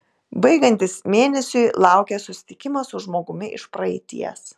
baigiantis mėnesiui laukia susitikimas su žmogumi iš praeities